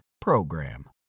PROGRAM